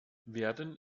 werden